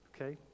okay